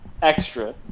Extra